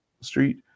Street